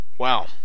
wow